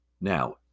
Now